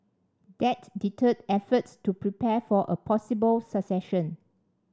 that deterred efforts to prepare for a possible succession